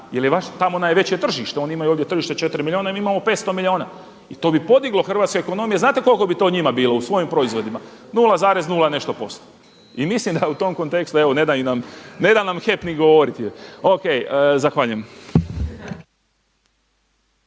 jer vaše tamo najveće tržište, oni imaju ovdje tržište 4 milijuna i mi imamo 500 milijun. I to bi podiglo hrvatsku ekonomiju. Znate koliko bi to njima bilo u svojim proizvodima? 0,0 nešto posto. I mislim da je u tom kontekstu, evo ne da nam HEP ni govoriti. Ok zahvaljujem.